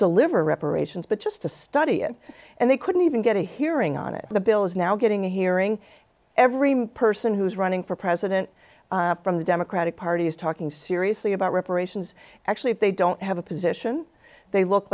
deliver reparations but just to study it and they couldn't even get a hearing on it the bill is now getting a hearing every person who's running for president from the democratic party is talking seriously about reparations actually if they don't have a position they look